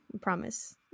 Promise